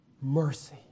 mercy